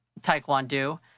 Taekwondo